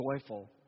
joyful